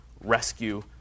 rescue